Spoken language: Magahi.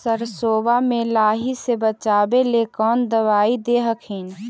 सरसोबा मे लाहि से बाचबे ले कौन दबइया दे हखिन?